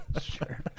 Sure